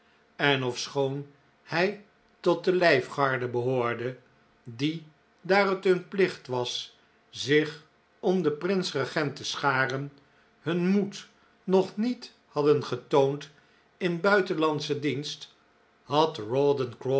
en ofschoon hij tot de lijfgarde behoorde die daar het hun plicht was zich om den prins regent te scharen hun moed nog niet hadden getoond in buitenlandschen dienst had